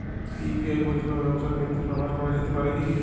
UPI পরিষেবা ব্যবসার ক্ষেত্রে ব্যবহার করা যেতে পারে কি?